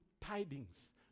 tidings